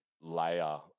layer